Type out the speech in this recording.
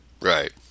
Right